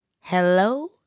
Hello